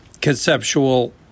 conceptual